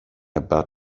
about